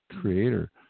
creator